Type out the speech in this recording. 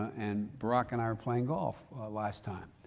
and barack and i were playing golf last time,